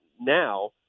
now